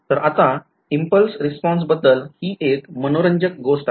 तर आता impulse response बद्दल हि एक मनोरंजक गोष्ट आहे